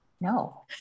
No